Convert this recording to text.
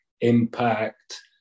impact